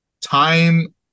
time